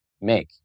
make